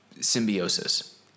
symbiosis